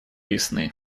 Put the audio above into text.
ясны